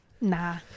Nah